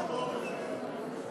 פרוש, פרוש.